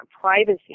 Privacy